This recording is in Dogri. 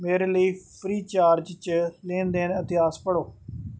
मेरे लेई फ्री चार्ज च लैन देन इतिहास पढ़ो